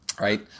right